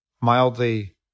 mildly